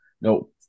No